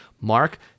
Mark